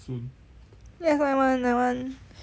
yes I want I want